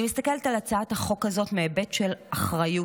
אני מסתכלת על הצעת החוק הזאת מהיבט של אחריות,